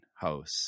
house